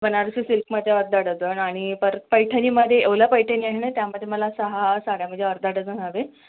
बनारसी सिल्कमध्ये अर्धा डजन आणि पर पैठनीमध्ये येवला पैठणी आहे ना त्यामध्ये मला सहा साड्या म्हणजे अर्धा डजन हवे